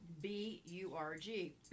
B-U-R-G